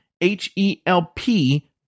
H-E-L-P